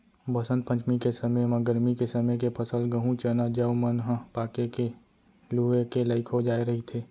बसंत पंचमी के समे म गरमी के समे के फसल गहूँ, चना, जौ मन ह पाके के लूए के लइक हो जाए रहिथे